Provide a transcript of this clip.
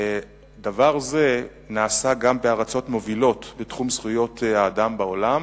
דבר זה נעשה גם בארצות מובילות בתחום זכויות האדם בעולם,